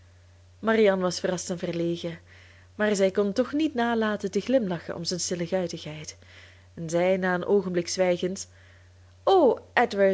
marianne was verrast en verlegen maar zij kon toch niet nalaten te glimlachen om zijn stille guitigheid en zei na een oogenblik zwijgens